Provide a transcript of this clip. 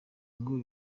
ngo